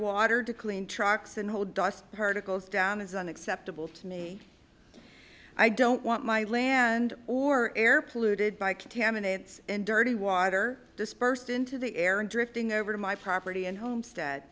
water to clean trucks and whole dust particles down is unacceptable to me i don't want my land or air polluted by contaminants in dirty water dispersed into the air and drifting over my property and homestead